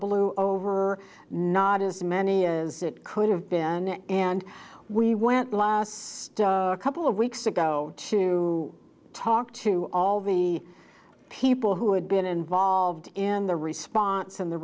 blew over not as many as it could have been and we went last couple of weeks ago to talk to all the people who had been involved in the response and the